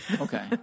Okay